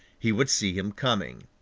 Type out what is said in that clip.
he would see him coming.